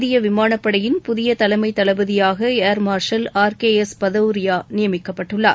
இந்திய விமானப்படையின் புதிய தலைமை தளபதியாக air marshal R K S Bhadauria நியமிக்கப்பட்டுள்ளார்